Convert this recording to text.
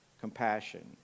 compassion